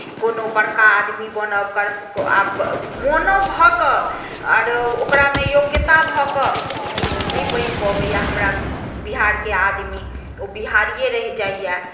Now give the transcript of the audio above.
कोनो बड़का आदमी बनब आ मोनो भऽ कऽ आओरो ओकरामे योग्यता भऽ कऽ लेकिन ओ नहि बनि पबैए हमरा बिहारके आदमी ओ बिहारिए रहि जाइए